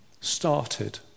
started